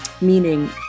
meaning